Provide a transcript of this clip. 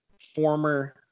former